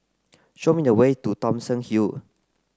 show me the way to Thomson Hill